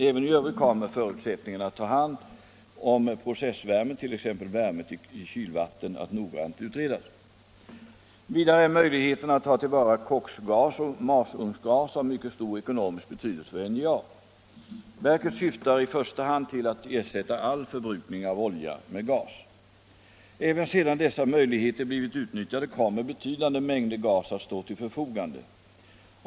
Även i övrigt kommer förutsättningarna att ta hand om processvärmet — t.ex. värmet i kylvatten —- att noggrant utredas. Vidare är möjligheterna att ta till vara koksgas och masugnsgas av mycket stor ekonomisk betydelse för NJA. Verket syftar i första hand till att ersätta all förbrukning av olja med gas. Även sedan dessa möj ligheter blivit utnyttjade kommer betydande mängder gas att stå till förfogande.